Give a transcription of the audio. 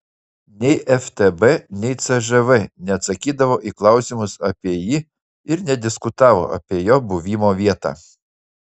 nei ftb nei cžv neatsakydavo į klausimus apie jį ir nediskutavo apie jo buvimo vietą